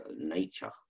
nature